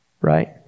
Right